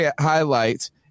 highlights